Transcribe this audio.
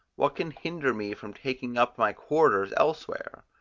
what can hinder me from taking up my quarters elsewhere?